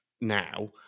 now